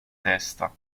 testa